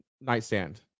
nightstand